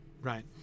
right